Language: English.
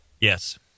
Yes